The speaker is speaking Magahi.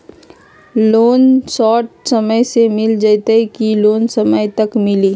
लोन शॉर्ट समय मे मिल जाएत कि लोन समय तक मिली?